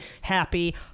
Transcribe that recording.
happy